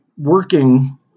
Working